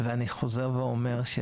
ואני חוזר ואומר: